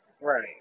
Right